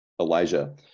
elijah